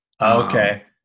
Okay